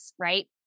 Right